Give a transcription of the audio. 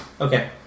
Okay